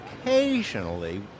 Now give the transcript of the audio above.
occasionally